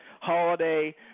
holiday